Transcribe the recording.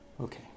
Okay